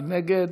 מי נגד?